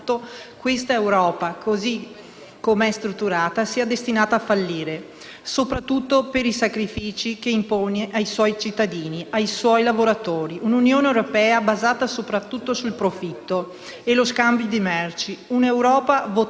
questa Europa, così come è strutturata, sia destinata a fallire, soprattutto per i sacrifici che impone ai suoi cittadini e ai suoi lavoratori. Si tratta infatti di un'Unione europea basata soprattutto sul profitto e lo scambio di merci; un'Europa votata